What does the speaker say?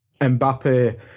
Mbappe